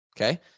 okay